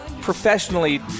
professionally